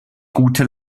gute